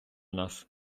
нас